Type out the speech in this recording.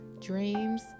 Dreams